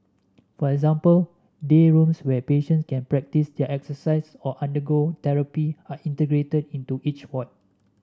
for example day rooms where patients can practise their exercise or undergo therapy are integrated into each ward